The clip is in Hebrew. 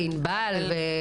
ענבל,